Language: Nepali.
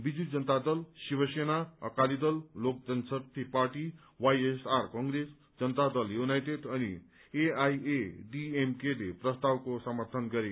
बीजू जनता दल शिवसेना अकाली दल लोक जनशाक्ति पार्टी वाईएसआर कंग्रेस जनता दल यूनाइटेड अनि एआईएडीएमके ले प्रस्तावको समर्थन गरे